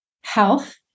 Health